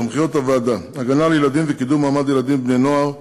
סמכויות הוועדה: הגנה על ילדים וקידום מעמד ילדים ובני-נוער,